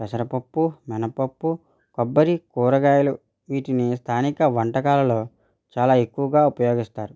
పెసరుపప్పు మినపప్పు కొబ్బరి కూరగాయలు వీటిని స్థానిక వంటకాలలో చాలా ఎక్కువగా ఉపయోగిస్తారు